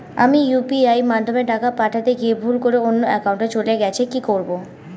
আমি ইউ.পি.আই মাধ্যমে টাকা পাঠাতে গিয়ে ভুল করে অন্য একাউন্টে চলে গেছে কি করব?